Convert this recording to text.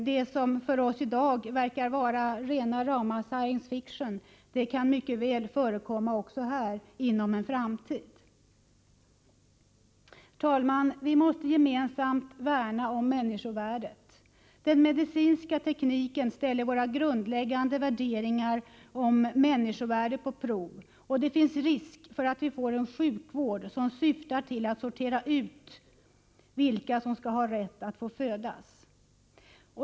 Det som för oss i dag verkar vara rena rama science-fiction kan mycket väl förekomma också här inom en framtid. Fru talman! Vi måste gemensamt värna om människovärdet. Den medicinska tekniken ställer våra grundläggande värderingar om människovärdet på prov, och det finns risk för att vi får en sjukvård som syftar till att sortera ut vilka som skall ha rätt att födas.